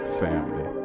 family